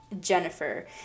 Jennifer